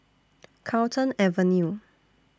Carlton Avenue